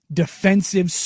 defensive